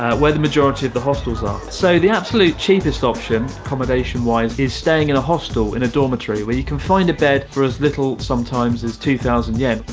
where the majority of the hostels are. so, the absolute cheapest option, accommodation wise is staying in a hostel in a dormitory where you can find a bed for as little sometimes as two thousand yen.